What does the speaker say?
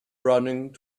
running